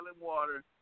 water